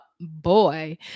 Boy